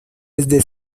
desde